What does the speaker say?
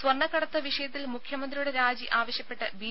സ്വർണ്ണക്കടത്ത് വിഷയത്തിൽ മുഖ്യമന്ത്രിയുടെ രാജി ആവശ്യപ്പെട്ട് ബി